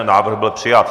Návrh byl přijat.